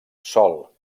sòl